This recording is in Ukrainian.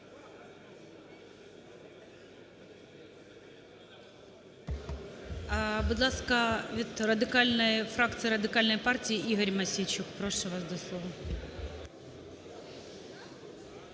Будь ласка, від фракції Радикальної партії Ігор Мосійчук, прошу вас до слова.